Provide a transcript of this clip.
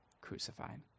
crucified